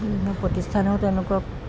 প্ৰতিষ্ঠানেও তেওঁলোকক